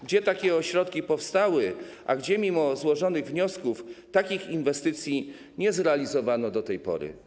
Gdzie takie ośrodki powstały, a gdzie mimo złożonych wniosków takich inwestycji nie zrealizowano do tej pory?